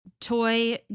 toy